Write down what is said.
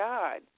God